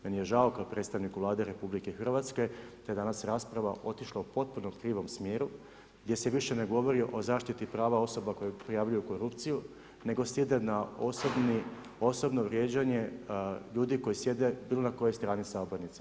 Meni je žao kao predstavniku Vlade RH, te je danas rasprava otišla u potpunom krivom smjeru, gdje se više ne govori o zaštiti pravo osoba koje prijavljuju korupciju, nego sjede na osobno vrijeđanje ljudi koji sjede bilo na kojoj strani sabornici.